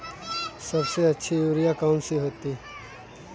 सबसे अच्छी यूरिया कौन सी होती है?